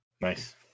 Nice